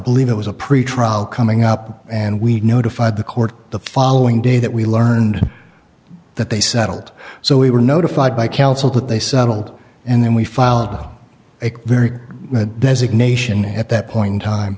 believe it was a pretrial coming up and we notified the court the following day that we learned that they settled so we were notified by counsel that they settled and then we filed it very designation at that point in time